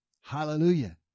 Hallelujah